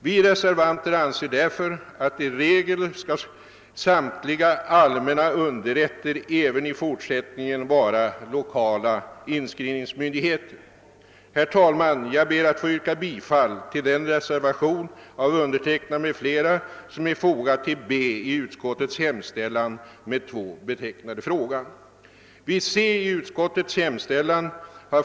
Vi reservanter anser därför, att samtliga allmänna underrätter även i fortsättningen i regel skall vara lokala inskrivningsmyndigheter. Herr talman! Jag ber att få yrka bifall till reservationen II av mig m.fl. som är fogad till moment B i utskottets hemställan.